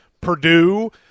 Purdue